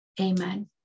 Amen